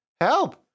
Help